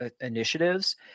initiatives